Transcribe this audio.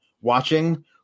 watching